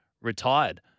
retired